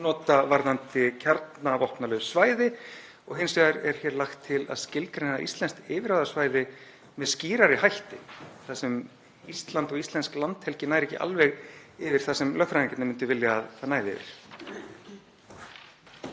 nota varðandi kjarnorkuvopnalaust svæði og hins vegar er hér lagt til að skilgreina íslenskt yfirráðasvæði með skýrari hætti þar sem Ísland og íslensk landhelgi nær ekki alveg yfir það sem lögfræðingarnir myndu vilja að það næði yfir.